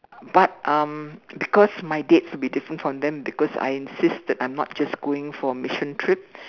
but um because my dates will be different from them because I insist that I'm not just going for a mission trip